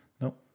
Nope